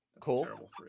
cool